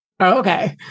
Okay